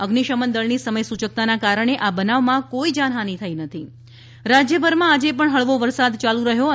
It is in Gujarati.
અઝિશમન દળની સમયસૂચકતાને કારણે આ બનાવમાં કોઇ જાનહાનિ થઇ નથી વરસાદ રાજયભરમાં આજે પણ હળવો વરસાદ ચાલુ રહ્યો છે